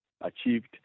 achieved